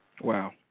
Wow